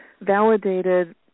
validated